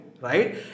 Right